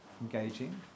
engaging